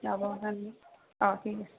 যাব কাৰণে অঁ ঠিক আছে